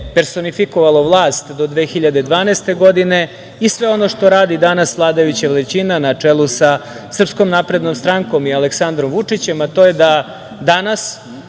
personifikovalo vlast do 2012. godine i sve ono što radi danas vladajuća većina na čelu sa SNS i Aleksandrom Vučićem, a to je da danas